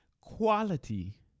Quality